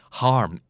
harm